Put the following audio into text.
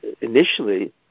initially